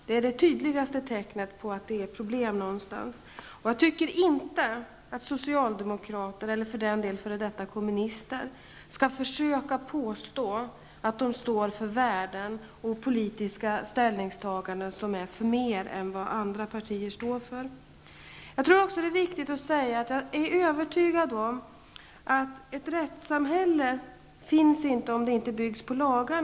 Det är det tydligaste tecknet på att det finns ett problem någonstans. Jag tycker inte att socialdemokrater eller f.d. kommunister skall försöka påstå att de står för värden och politiska ställningstaganden som är förmer än vad andra partier står för. Jag är övertygad om att det inte kan finnas ett rättssamhälle som inte byggs på lagar.